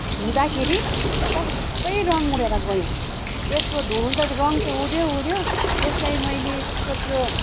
धुँदाखेरि सबै रङ उडेर गयो त्यसको धुनु त रङ त उड्यो उड्यो त्यसलाई मैले त्यसको त्यो